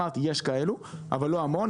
יש כאלה, אבל לא הרבה.